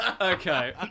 Okay